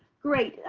great.